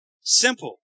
Simple